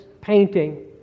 painting